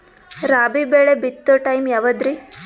ರಾಬಿ ಬೆಳಿ ಬಿತ್ತೋ ಟೈಮ್ ಯಾವದ್ರಿ?